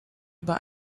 über